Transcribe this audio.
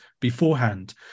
beforehand